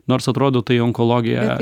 nors atrodo tai onkologija